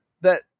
That-